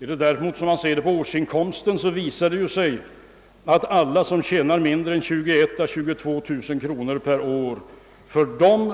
Om vi däremot ser till årsinkomsten visar det sig att för alla dem som förtjänar mindre än 21 000 å 22000 kronor per år